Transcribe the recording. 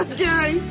Okay